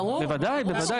בוודאי, בוודאי.